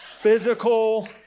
physical